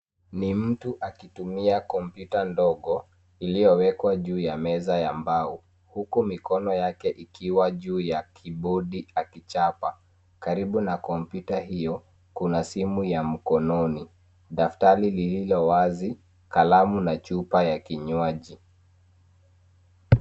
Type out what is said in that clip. Ni mtu akitumia kompyuta ndogo, iliyowekwa juu ya meza ya mbao. Huku mikono yake ikiwa juu ya kibodi akichapa. Karibu na kompyuta hiyo, kuna simu ya mkononi, daftari lililo wazi, kalamu na chupa ya kinywaji.